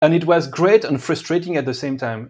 וזה היה גדול ומתיש ביחד.